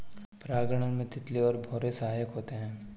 परागण में तितली और भौरे सहायक होते है